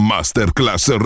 Masterclass